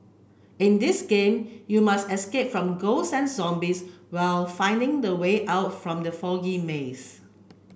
in this game you must escape from ghosts and zombies while finding the way out from the foggy maze